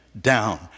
down